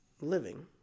living